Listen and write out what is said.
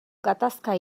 gatazka